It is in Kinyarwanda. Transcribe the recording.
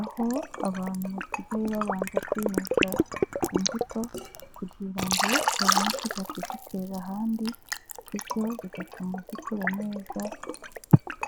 aho abantu basigaye babanza kwinaza imbuto kugira ngo babone kujya kuzitera ahandi, bityo bigatuma zikura neza.